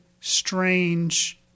strange